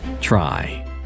Try